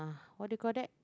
what do you call that